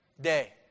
day